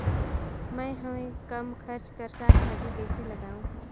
मैं हवे कम खर्च कर साग भाजी कइसे लगाव?